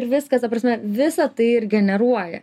ir viskas ta prasme visa tai ir generuoja